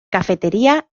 cafetería